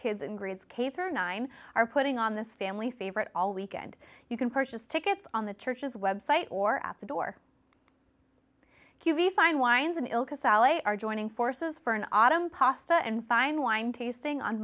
kids in grades k through nine are putting on this family favorite all weekend you can purchase tickets on the church's website or at the door cuvee fine wines and salei are joining forces for an autumn pasta and fine wine tasting on